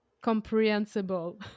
comprehensible